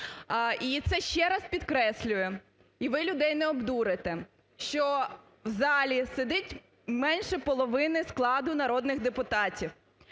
І це ще раз підкреслюю, і ви людей не обдурите, що в залі сидить менше половини складу народних депутатів,